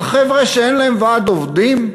על חבר'ה שאין להם ועד עובדים?